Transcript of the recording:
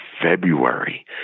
February